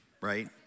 right